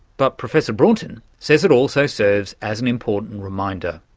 but professor brunton says it also serves as an important reminder,